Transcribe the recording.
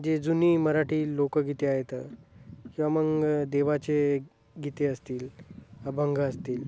जे जुनी मराठी लोकगीते आहेतं किंवा मग देवाचे गीते असतील अभंग असतील